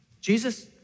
Jesus